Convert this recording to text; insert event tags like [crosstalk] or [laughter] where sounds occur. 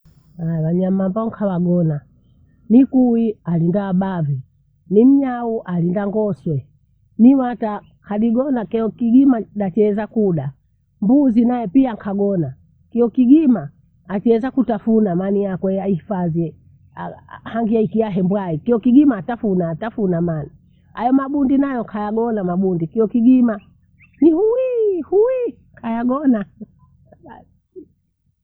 Aya wanyama ambao nikawaghona nikui alinda abavyo. Ni mnyao alinda ngoswe, ni wata hadi gona keo kigima nachieza kuda. Mbuzi nae pia nkhagona kio kigima achiweza kutafuna maliyakwe yaifadhi ah- hangeikia hebwae kiokigima tafuna tafuna mathi. Hayo mabundi nayo kayagola mabundi kio kigima [noise] kayagonaa [laughs] basi.